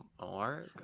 more